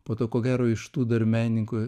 po to ko gero iš tų dar menininkų